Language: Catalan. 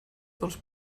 dels